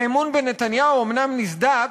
האמון בנתניהו אומנם נסדק,